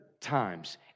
times